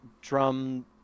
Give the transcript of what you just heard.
drum